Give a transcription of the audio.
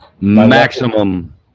Maximum